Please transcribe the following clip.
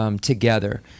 together